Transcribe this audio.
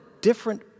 different